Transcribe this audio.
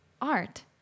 art